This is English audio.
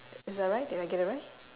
is that right did I get it right